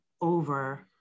over